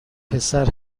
پسر